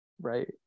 Right